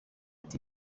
ati